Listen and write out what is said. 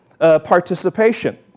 participation